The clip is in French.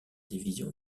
division